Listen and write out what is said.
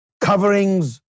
coverings